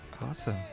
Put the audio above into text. awesome